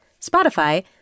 Spotify